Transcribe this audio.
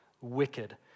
wicked